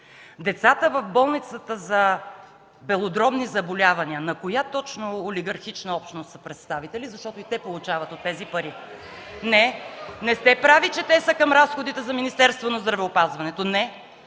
Децата в болницата за белодробни заболявания, на коя точно олигархична общност са представители, защото и те получават от тези пари. (Шум, възгласи и реплики от ГЕРБ.) Не, не сте прави, че те са към разходите за Министерството на здравеопазването! Не!